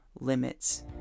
limits